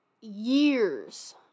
years